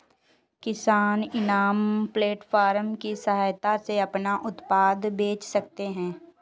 किसान इनाम प्लेटफार्म की सहायता से अपना उत्पाद बेच सकते है